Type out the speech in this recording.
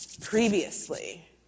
previously